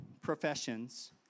professions